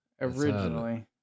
Originally